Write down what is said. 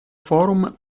forum